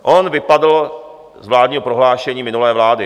On vypadl z vládního prohlášení minulé vlády.